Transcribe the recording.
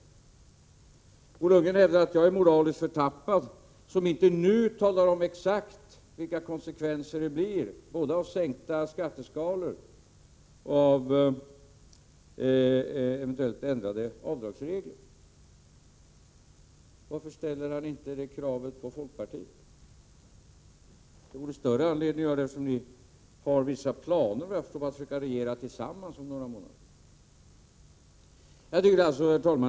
Bo Lundgren hävdar att jag är moraliskt förtappad som inte nu talar om exakt vilka konsekvenserna blir, både av sänkta skatteskalor och av eventuellt ändrade avdragsregler. Varför ställer han inte det kravet på folkpartiet? Det vore större anledning att göra så, eftersom ni har vissa planer, såvitt jag förstår, på att försöka regera tillsammans om några månader. Herr talman!